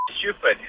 stupid